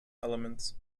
elements